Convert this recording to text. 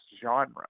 genre